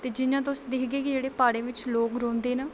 ते जि'यां तुस दिक्खगे कि जेह्ड़े प्हाड़ें बिच लोक रौंह्दे न